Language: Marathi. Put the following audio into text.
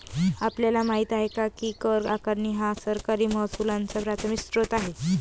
आपल्याला माहित आहे काय की कर आकारणी हा सरकारी महसुलाचा प्राथमिक स्त्रोत आहे